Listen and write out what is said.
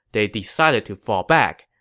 they decided to fall back.